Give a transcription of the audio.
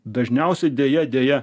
dažniausiai deja deja